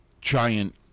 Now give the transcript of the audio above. giant